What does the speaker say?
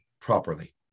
properly